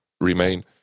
remain